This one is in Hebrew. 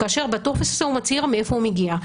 ובטופס הזה הוא מצהיר מאיפה הוא מגיע.